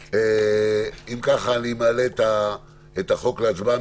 אם ככה, אני מעלה את החוק להצבעה.